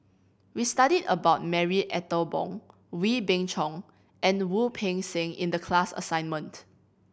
we studied about Marie Ethel Bong Wee Beng Chong and Wu Peng Seng in the class assignment